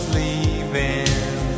leaving